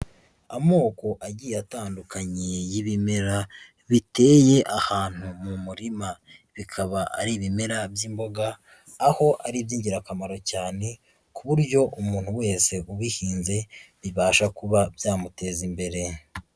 Amoko agiye atandukanye y'ibimera biteye ahantu mu murima, bikaba ari ibimera by'imboga, aho ari iby'ingirakamaro cyane, ku buryo umuntu wese ubihinze bibasha kuba byamuteza imbere.